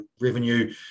revenue